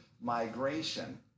migration